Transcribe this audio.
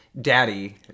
Daddy